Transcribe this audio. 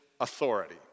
authority